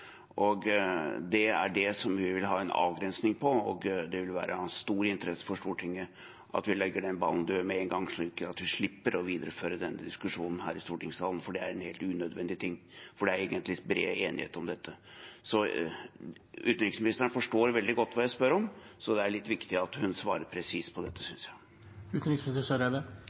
Det er det vi vil ha en avgrensning på. Det vil være av stor interesse for Stortinget at vi legger den ballen død med en gang, slik at vi slipper å videreføre denne diskusjonen her i stortingssalen, for det er en helt unødvendig ting. Det er egentlig bred enighet om dette. Utenriksministeren forstår veldig godt hva jeg spør om, så jeg synes det er litt viktig at hun svarer presist på dette. Jeg svarte presist på spørsmålet. Jeg